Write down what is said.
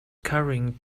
carrying